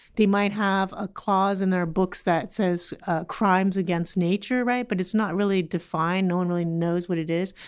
they might have a clause in their books that says ah crimes against nature, but it's not really defined. no one really knows what it is.